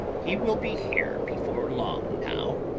he will be here before long now,